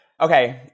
Okay